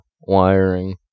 wiring